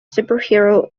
superhero